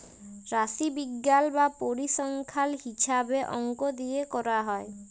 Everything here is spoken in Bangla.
রাশিবিজ্ঞাল বা পরিসংখ্যাল হিছাবে অংক দিয়ে ক্যরা হ্যয়